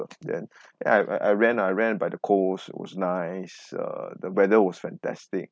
then I I ran I ran by the coast it was nice uh the weather was fantastic